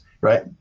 right